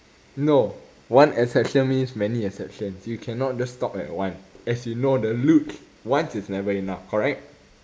no one exception means many exceptions you cannot just stop at one as you know the look once is never enough correct